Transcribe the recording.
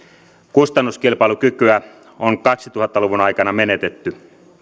kustannuskilpailukykyä on kaksituhatta luvun aikana menetetty